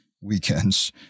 weekends